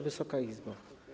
Wysoka Izbo!